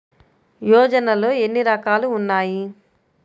యోజనలో ఏన్ని రకాలు ఉన్నాయి?